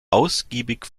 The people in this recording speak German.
ausgiebig